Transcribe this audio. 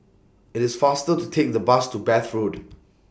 IT IS faster to Take The Bus to Bath Road